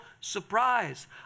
surprise